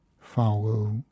Follow